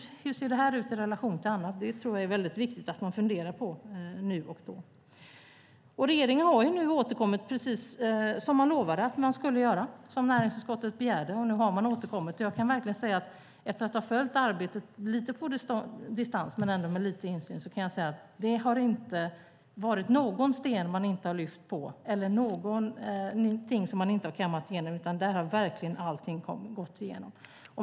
Hur ser detta ut i relation till annat? Det tror jag är väldigt viktigt att man funderar på nu och då. Regeringen har nu återkommit, precis som den lovade att den skulle göra och som näringsutskottet begärde. Nu har man återkommit. Efter att ha följt arbetet lite på distans men ändå med lite insyn kan jag säga att det inte finns någon sten som man inte har lyft på eller någonting som man inte har kammat igenom. Där har verkligen allting gåtts igenom.